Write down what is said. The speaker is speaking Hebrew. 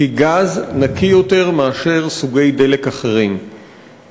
כי גז נקי יותר מאשר סוגי דלק אחרים,